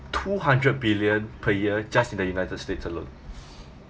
two hundred billion per year just in the united states alone